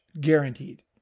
guaranteed